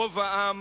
רוב העם